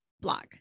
blog